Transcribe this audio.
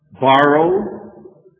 borrow